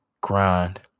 grind